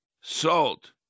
salt